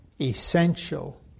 essential